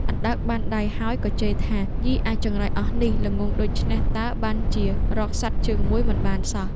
អណ្ដើកបានដៃហើយ ក៏ជេរថា៖ "យីអាចង្រៃអស់នេះ ល្ងង់ដូច្នេះតើបានជារកសត្វជើងមួយមិនបានសោះ!